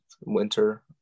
winter